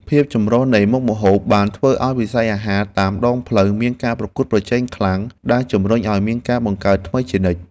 ភាពចម្រុះនៃមុខម្ហូបបានធ្វើឱ្យវិស័យអាហារតាមដងផ្លូវមានការប្រកួតប្រជែងខ្លាំងដែលជំរុញឱ្យមានការបង្កើតថ្មីជានិច្ច។